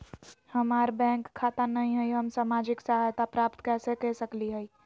हमार बैंक खाता नई हई, हम सामाजिक सहायता प्राप्त कैसे के सकली हई?